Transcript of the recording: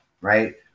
right